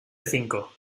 cinco